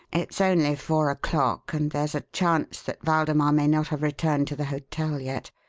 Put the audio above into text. it's only four o'clock and there's a chance that waldemar may not have returned to the hotel yet.